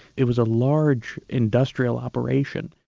it was a large industrial operation.